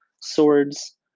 swords